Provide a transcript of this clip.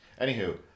Anywho